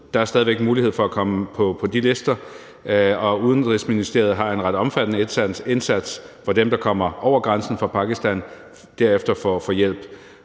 der er stadig væk en mulighed for at komme på de lister, og Udenrigsministeriet har en ret omfattende indsats for dem, der kommer over grænsen fra Pakistan, og som derefter får hjælp.